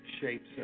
shapes